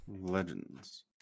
Legends